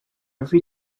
every